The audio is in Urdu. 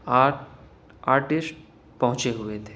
آرٹ آرٹسٹ پہنچے ہوئے تھے